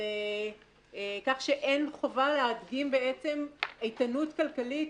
על כך שאין חובה להדגים בעצם איתנות כלכלית